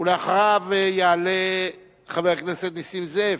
אחריו יעלה חבר הכנסת נסים זאב,